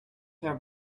her